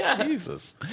Jesus